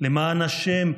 למען השם,